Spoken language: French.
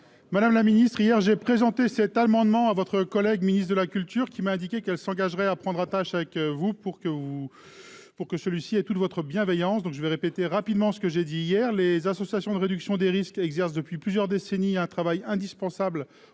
madame la ministre hier, j'ai présenté cet amendement à votre collègue ministre de la culture qui m'a indiqué qu'elle s'engagerait à prendre attache avec vous pour que vous pour que celui-ci et toute votre bienveillance, donc je vais répéter rapidement ce que j'ai dit hier les associations de réduction des risques exerce depuis plusieurs décennies un travail indispensable